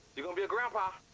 you gonna be a grandpa!